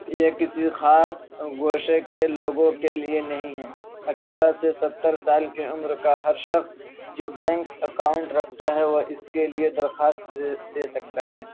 یہ کسی خاص گوشے کے لوگوں کے لیے نہیں ہے اٹھارہ سے ستّر سال کے عمر کا ہر شخص جو بینک اکاؤنٹ رکھتا ہے وہ اس کے لیے درخواست دے دے سکتا ہے